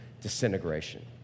disintegration